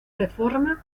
reforma